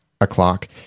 o'clock